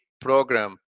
program